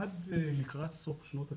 עד לקראת סוף שנות התשעים,